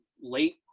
late